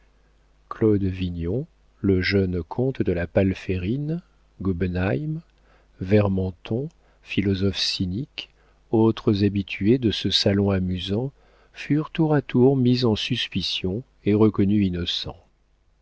claude vignon le jeune comte de la palférine gobenheim vermanton philosophe cynique autres habitués de ce salon amusant furent tour à tour mis en suspicion et reconnus innocents